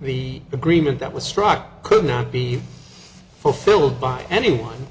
the agreement that was struck could not be fulfilled by anyone